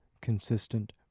consistent